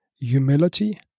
humility